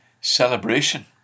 celebration